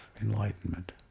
enlightenment